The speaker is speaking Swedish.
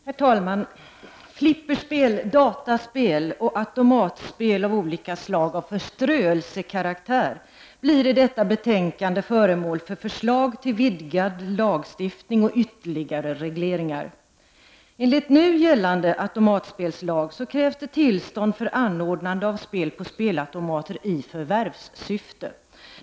Herr talman! Flipperspel, dataspel och automatspel av olika slag av förströelsekaraktär blir i detta betänkande föremål för förslag till vidgad lagstiftning och ytterligare regleringar. Enligt nu gällande automatspelslag krävs det tillstånd för anordnande av spel på spelautomater i förvärvssyfte.